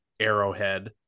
Arrowhead